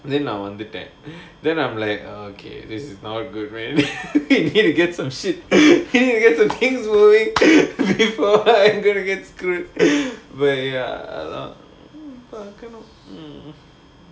then I wonder back then I'm like okay this is not good man need to get some shit need to get some things going before I'm gonna get screw but you know